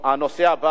הנושא הבא הוא: